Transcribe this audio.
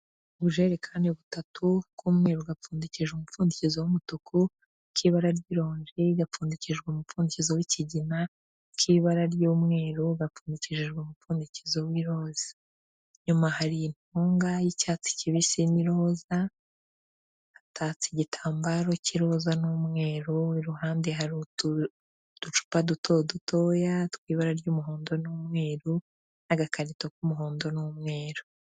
Ubujerekani butatu, ak'umweru gapfundikije umupfundikizo w'umutuku, ak'ibara ry'ironji gapfundikijwe umupfundikizo w'ikigina, ak'ibara ry'umweru gapfunyikishijwe umupfundikizo w'iroza. Inyuma hari intunga y'icyatsi kibisi y'iroza, hatatse igitambaro cy'iroza n'umweru, iruhande hari utuducupa duto dutoya tw'ibara ry'umuhondo n'umweru, n'agakarito k'umuhondo n'umweru.